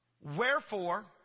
Wherefore